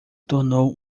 tornou